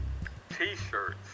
t-shirts